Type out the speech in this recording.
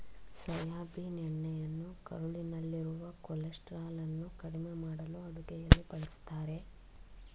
soybean ಎಣ್ಣೆಯನ್ನು ಕರುಳಿನಲ್ಲಿರುವ ಕೊಲೆಸ್ಟ್ರಾಲನ್ನು ಕಡಿಮೆ ಮಾಡಲು ಅಡುಗೆಯಲ್ಲಿ ಬಳ್ಸತ್ತರೆ